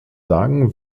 sagen